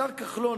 השר כחלון,